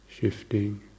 shifting